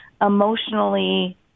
emotionally